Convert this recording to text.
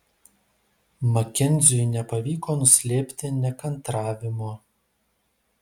makenziui nepavyko nuslėpti nekantravimo